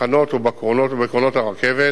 בתחנות ובקרונות הרכבת